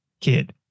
kid